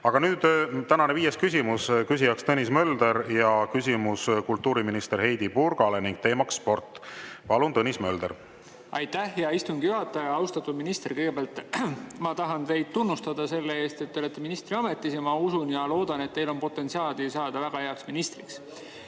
Aga nüüd tänane viies küsimus. Küsija on Tõnis Mölder, küsimus on kultuuriminister Heidy Purgale ning teema on sport. Palun, Tõnis Mölder! Aitäh, hea istungi juhataja! Austatud minister! Kõigepealt ma tahan teid tunnustada selle eest, et te olete ministriametis. Ma usun ja loodan, et teil on potentsiaali saada väga heaks ministriks.